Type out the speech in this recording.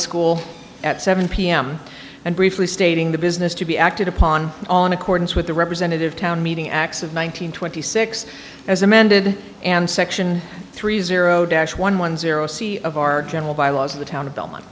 school at seven pm and briefly stating the business to be acted upon on accordance with the representative town meeting acts of one nine hundred twenty six as amended and section three zero dash one one zero c of our general bylaws of the town of belmont